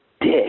dick